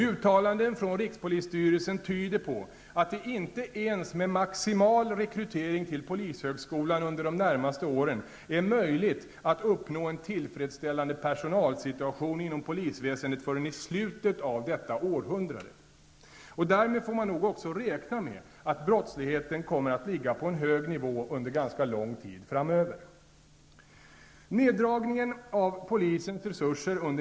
Uttalanden från rikspolisstyrelsen tyder på att det inte ens med maximal rekrytering till polishögskolan under de närmaste åren är möjligt att uppnå en tillfredsställande personalsituation inom polisväsendet förrän i slutet av detta århundrade. Därmed får man nog också räkna med att brottsligheten kommer att ligga på en hög nivå under ganska lång tid framöver.